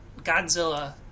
Godzilla